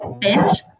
bent